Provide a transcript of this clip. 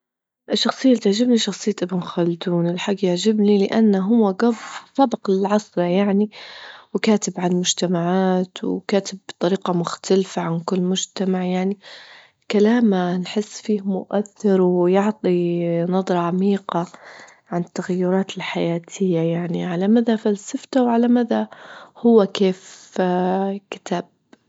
الشخصية اللي تعجبني شخصية ابن خلدون، الحج يعجبني لأنه هو قب- سابق لعصره يعني، وكاتب عالمجتمعات، وكاتب بطريقة مختلفة عن كل مجتمع يعني، كلامه نحس فيه مؤثر ويعطي نظرة عميقة عن التغيرات الحياتية يعني، على مدى فلسفته وعلى مدى هو كيف كتب.